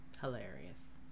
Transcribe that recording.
hilarious